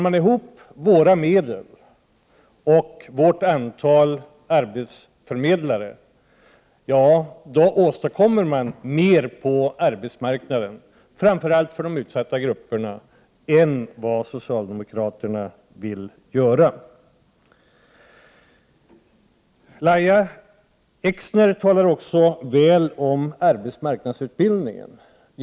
Med våra medel och med vårt antal arbetsförmedlare åstadkommer man mer på arbetsmarknaden, framför allt för de utsatta grupperna, än vad socialdemokraterna vill göra. Lahja Exner talar också väl om arbetsmarknadsutbildningen.